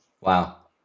Wow